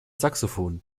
saxophon